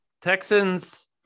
Texans